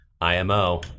IMO